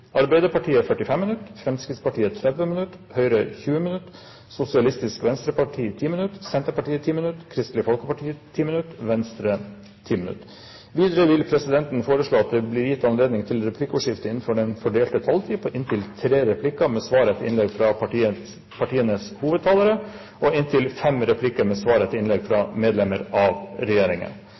Arbeiderpartiet 45 minutter, Fremskrittspartiet 30 minutter, Høyre 20 minutter, Sosialistisk Venstreparti 10 minutter, Senterpartiet 10 minutter, Kristelig Folkeparti 10 minutter og Venstre 10 minutter. Videre vil presidenten foreslå at det blir gitt anledning til replikkordskifte på inntil tre replikker med svar etter innlegget fra partienes hovedtalere og inntil fem replikker med svar etter innlegg fra medlemmer av regjeringen